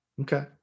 Okay